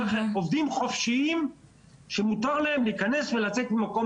צריך עובדים חופשיים שמותר להם להיכנס ולצאת ממקום